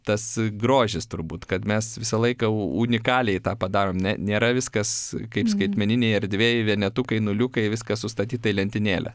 tas grožis turbūt kad mes visą laiką u unikaliai tą padarom ne nėra viskas kaip skaitmeninėj erdvėj vienetukai nuliukai viskas sustatyta į lentynėlę